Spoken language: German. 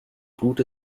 blut